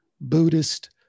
Buddhist